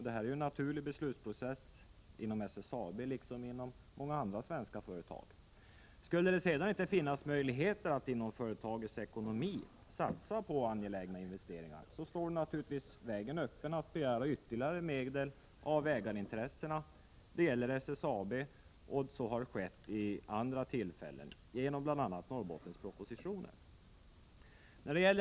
Det är en naturlig beslutsprocess inom SSAB, liksom inom många andra svenska företag. Skulle det sedan inte finnas möjligheter att inom ramen för företagets ekonomi satsa på angelägna investeringar, står naturligtvis vägen öppen att begära ytterligare medel av ägarna. När det gäller SSAB har så skett tidigare, bl.a. genom Norrbottenspropositionen.